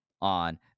on